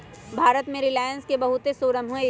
भारत में रिलाएंस के बहुते शोरूम हई